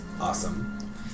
awesome